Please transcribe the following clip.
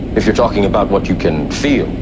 if you're talking about what you can feel,